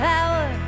Power